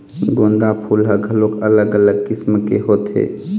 गोंदा फूल ह घलोक अलग अलग किसम के होथे